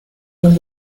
los